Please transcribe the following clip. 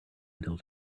until